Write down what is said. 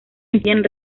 incluyen